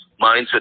mindset